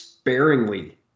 Sparingly